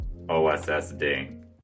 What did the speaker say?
ossd